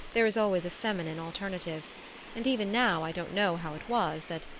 there is always a feminine alternative and even now i don't know how it was that,